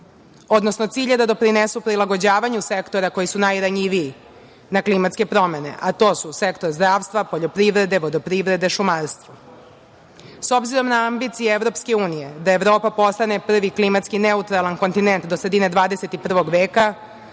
odnosno cilj je da doprinesu prilagođavanju sektora koji su najranjiviji na klimatske promene, a to su: sektor zdravstva, poljoprivrede, vodoprivrede i šumarstva.S obzirom na ambicije Evropske unije da Evropa postane prvi klimatski neutralan kontinent do sredine 21. veka,